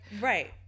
Right